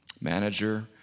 manager